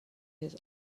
his